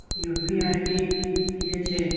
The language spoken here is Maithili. यू.पी.आई की हेछे?